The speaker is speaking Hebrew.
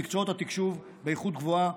במקצועות התקשוב באיכות גבוהה,